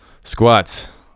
Squats